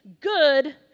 good